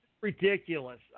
ridiculous